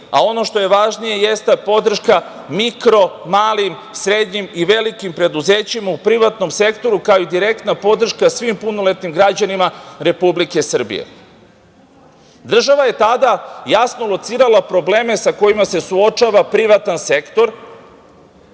Ono što je važnije, jeste podrška mikro, malim, srednjim i velikim preduzećima u privatnom sektoru, kao i direktna podrška svim punoletnim građanima Republike Srbije. Država je tada jasno locirala probleme sa kojima se suočava privatni sektor.